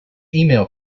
email